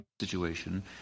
Situation